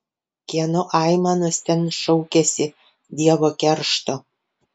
kieno aimanos ten šaukiasi dievo keršto